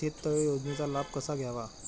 शेततळे योजनेचा लाभ कसा घ्यावा?